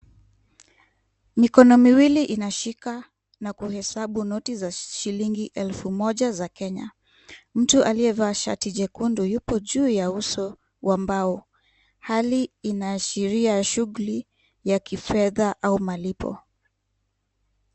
Mikono miwili inashika na kuhesabu noti za shilingi elfu moja za Kenya. Mtu aliyevaa shati jekundu yupo juu ya uso wa mbao. Hali inaashiria shughuli ya kifedha au malipo.